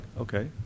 okay